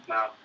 Now